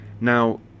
Now